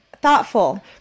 Thoughtful